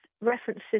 references